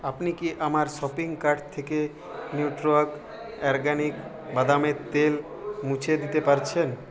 আপনি কি আমার শপিং কার্ট থেকে নিউট্রিঅর্গ অরগ্যানিক বাদামের তেল মুছে দিতে পারছেন